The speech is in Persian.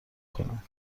کنم